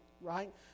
right